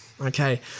Okay